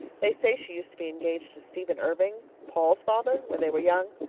they say she used to be engaged to stephan irving. paul's father. when they were young.